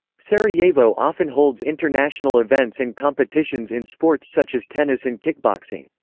sarajevo often holds international events and competitions in sports such as tennis and kickboxing.